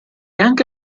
anche